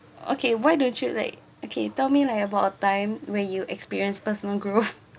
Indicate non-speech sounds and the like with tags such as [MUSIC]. okay why don't you like okay tell me like about a time where you experience personal growth [LAUGHS]